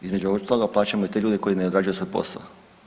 Između ostaloga plaćamo i te ljude koji ne odrađuju svoj posao.